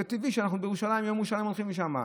זה טבעי שאנחנו ביום ירושלים הולכים לשם.